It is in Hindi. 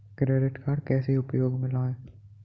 क्रेडिट कार्ड कैसे उपयोग में लाएँ?